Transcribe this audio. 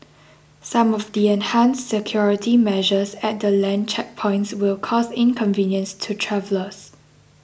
some of the enhanced security measures at the land checkpoints will cause inconvenience to travellers